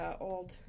old